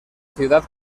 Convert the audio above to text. ciudad